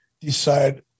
decide